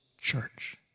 church